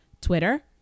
Twitter